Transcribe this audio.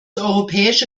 europäische